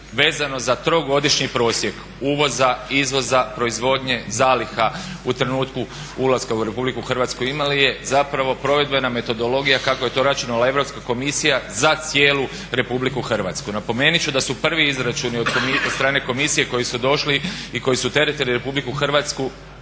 vezano za trogodišnji prosjek uvoza, izvoza, proizvodnje zaliha u trenutku ulaska u Republiku Hrvatsku imali je zapravo provedbena metodologija kako je to računala Europska komisija za cijelu Republiku Hrvatsku. Napomenuti ću da su prvi izračuni od strane Komisije koji su došli i koji su teretili Republiku Hrvatsku